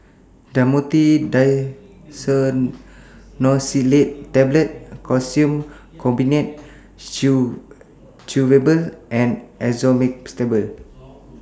Dhamotil Diphenoxylate Tablets Calcium Carbonate Chewable and Esomeprazole